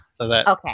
Okay